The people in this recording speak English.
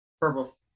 Purple